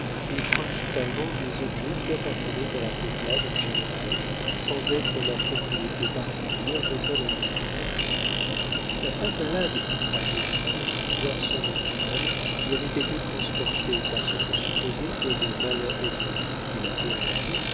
et principalement des objets qui appartenaient à la peuplade en général sans être la propriété particulière d'aucun individu la femme malade qu'on croyait victime d'un pouvoir surnaturel y avait été transportée par ce quon supposait que le malin esprit qui la tourmentait